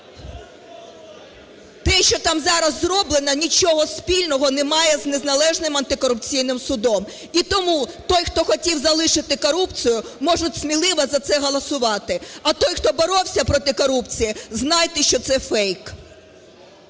те, що там зараз зроблено, нічого спільного не має з незалежним антикорупційним судом. І тому той хто хотів залишити корупцію можуть сміливо за це голосувати, а той хто боровся проти корупції, знайте, що це – фейк.